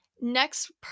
next